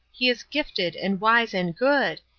he is gifted and wise and good,